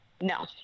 no